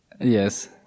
Yes